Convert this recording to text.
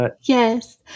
Yes